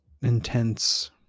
intense